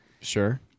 Sure